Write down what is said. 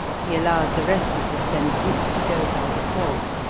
he allowed the rest of the sentence to go by default,